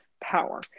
power